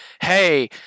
hey